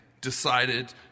decided